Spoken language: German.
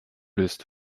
gelöst